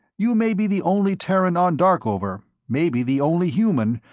you may be the only terran on darkover, maybe the only human,